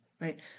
right